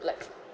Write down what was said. like